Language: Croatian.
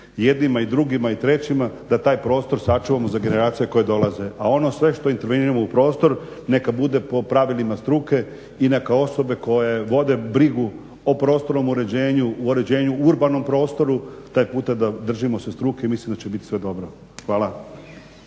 jednima i drugima i trećima da taj prostor sačuvamo za generacije koje dolaze. A ono sve što interveniramo u prostor neka bude po pravilima struke i neka osobe koje vode brigu o prostornom uređenju, o uređenju u urbanom prostoru taj puta da držimo se struke i mislim da će biti sve dobro. Hvala.